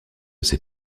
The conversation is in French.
ses